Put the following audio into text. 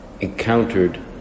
encountered